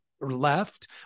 left